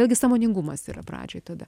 vėlgi sąmoningumas yra pradžiai tada